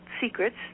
secrets